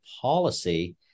policy